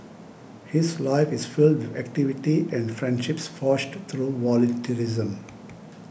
his life is filled with activity and friendships forged through volunteerism